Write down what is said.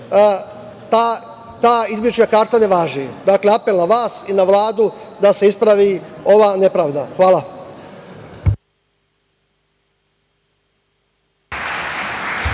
ta izbeglička karta ne važi. Dakle, apel na vas i na Vladu da se ispravi ova nepravda. Hvala.